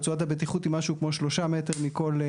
רצועת הבטיחות היא משהו כמו 3 מטר מכל,